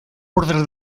ordre